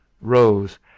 rose